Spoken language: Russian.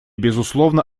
безусловно